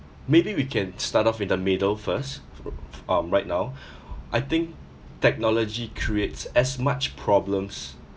maybe we can start off with the middle first fro~ um right now I think technology creates as much problems